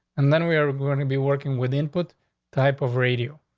and then we are going to be working with input type of radio.